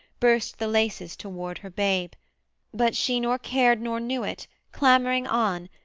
burst the laces toward her babe but she nor cared nor knew it, clamouring on,